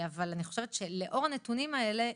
אני חושבת שלאור הנתונים האלה,